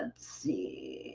ah see,